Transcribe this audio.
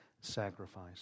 sacrifice